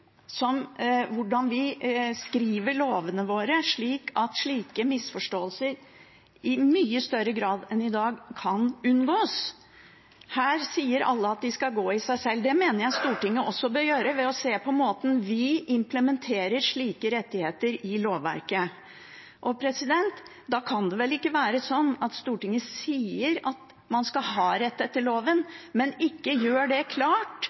skriver lovene våre, slik at slike misforståelser i mye større grad enn i dag kan unngås. Her sier alle at de skal gå i seg selv, det mener jeg Stortinget også bør gjøre ved å se på måten vi implementerer slike rettigheter i lovverket. Da kan det vel ikke være sånn at Stortinget sier man skal ha rett etter loven, men ikke gjør det klart